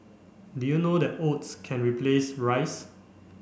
did you know that oats can replace rice